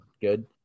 good